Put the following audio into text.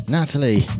Natalie